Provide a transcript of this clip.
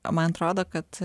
man atrodo kad